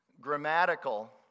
grammatical